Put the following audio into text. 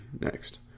next